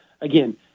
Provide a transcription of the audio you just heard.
Again